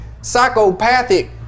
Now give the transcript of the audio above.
psychopathic